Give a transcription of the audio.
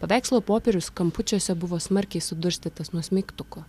paveikslo popierius kampučiuose buvo smarkiai sudurstytas nuo smeigtuko